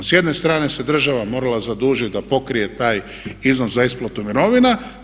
S jedne strane se država morala zadužiti da pokrije taj iznos za isplatu mirovina.